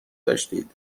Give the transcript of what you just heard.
داشتید